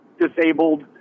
disabled